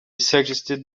suggested